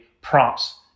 prompts